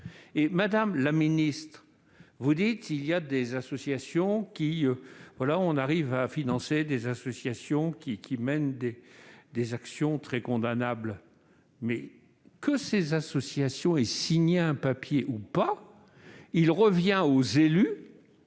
Madame la ministre, vous nous dites qu'il arrive parfois que l'on finance des associations qui mènent des actions très condamnables. Que ces associations aient signé un papier ou pas, il revient aux élus